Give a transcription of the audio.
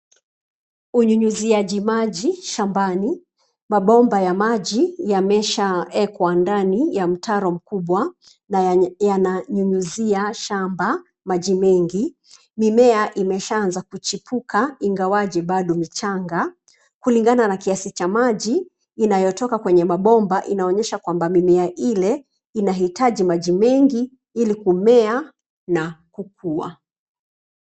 Unyunyuziaji maji shambani. Mabomba ya maji yameshaawekwa ndani ya mtaro mkubwa na yananyunyuzia shamba maji mengi. Mimea imeshaanza kuchipuka ingawaje bado mchanga. Kulingana na kiasi cha maji inayotoka kwenye mabomba inaonyesha kwamba mimea ile inaitaji maji mengi ili kumea na kukua.